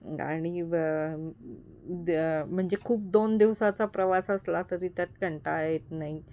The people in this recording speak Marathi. आणि द द म्हणजे खूप दोन दिवसाचा प्रवास असला तरी त्यात कंटाळा येत नाही